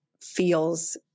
feels